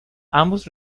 ambos